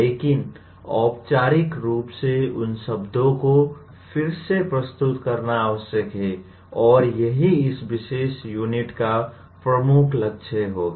लेकिन औपचारिक रूप से उन शब्दों को फिर से प्रस्तुत करना आवश्यक है और यही इस विशेष यूनिट का प्रमुख लक्ष्य होगा